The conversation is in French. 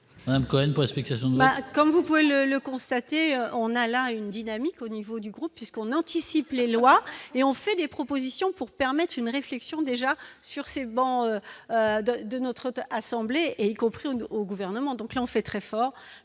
M. Cohen presque excessive. Comme vous pouvez le le constater : on a là une dynamique au niveau du groupe puisqu'on anticipe les lois et on fait des propositions pour permettre une réflexion déjà sur ses bancs de notre assemblée, et y compris au gouvernement, donc fait très fort,